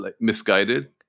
misguided